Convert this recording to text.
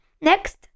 Next